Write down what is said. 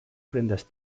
prendas